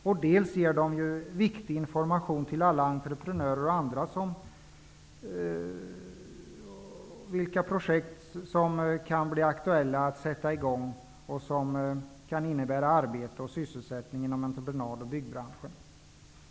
För det andra ger de viktig information till alla entreprenörer och andra intressenter om vilka kommande projekt som kan bli aktuella att sätta i gång och som kan innebära sysselsättning inom entreprenad och byggbranschen.